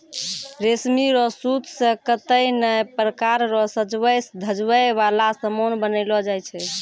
रेशमी रो सूत से कतै नै प्रकार रो सजवै धजवै वाला समान बनैलो जाय छै